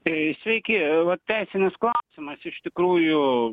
tai sveiki va teisinis klausimas iš tikrųjų